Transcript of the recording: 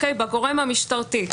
בגורם המשטרתי.